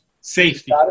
Safety